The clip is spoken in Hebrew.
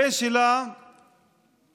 הבן שלה נרצח